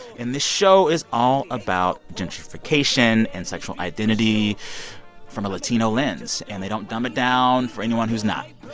and this show is all about gentrification and sexual identity from a latino lens. and they don't dumb it down for anyone who's not.